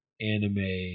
anime